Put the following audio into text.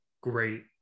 great